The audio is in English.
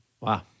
Wow